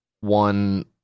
one